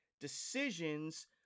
decisions